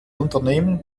unternehmen